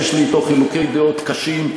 ויש לי אתו חילוקי דעות קשים,